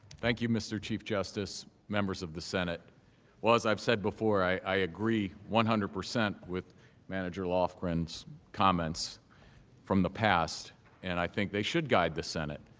thank you mr. chief justice members of the senate was i've said before ii agree one hundred percent with manager law friends comments from the past and i think they should guide the senate,